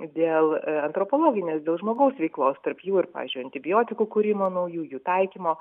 dėl antropologinės dėl žmogaus veiklos tarp jų ir pavyzdžiui antibiotikų kūrimo naujų jų taikymo